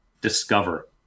discover